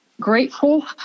grateful